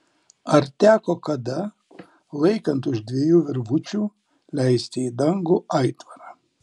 ar teko kada laikant už dviejų virvučių leisti į dangų aitvarą